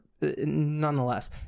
Nonetheless